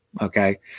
Okay